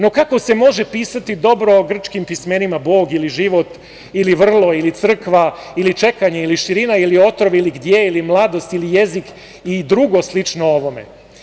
No, kako se može pisati dobro o grčkim pismenima Bog ili život ili vrlo ili crkva ili čekanje ili širina ili otrov ili gdje ili mladost ili jezik i drugo slično ovome.